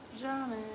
Johnny